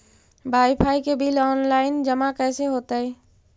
Wifi के bill online जमा कैसे होतै?